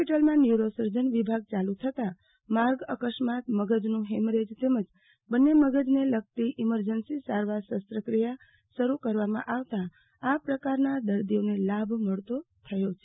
માં neuro સર્જન વિભાગ ચાલુ થતા માર્ગ અકસ્માત્ર મગજનું હેમરેજ તેમજ બન્ને મગજને લગતી ઈમરજન્સી સારવાર શસ્ત્રક્રિયા શરુ કરવામાં આવતા આ પ્રકારના દર્દીઓને લાભ મળતો થયો છે